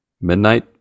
midnight